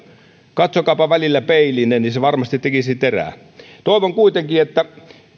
katsokaapa välillä peiliinne se varmasti tekisi terää toivon kuitenkin että